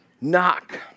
knock